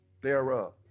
thereof